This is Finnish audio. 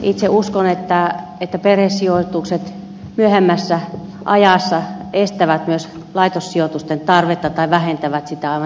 itse uskon että perhesijoitukset myöhemmässä ajassa estävät myös laitossijoitusten tarvetta tai vähentävät sitä aivan selkeästi